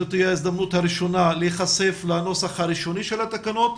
זו תהיה ההזדמנות הראשונה להיחשף לנוסח הראשוני של התקנות.